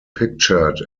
pictured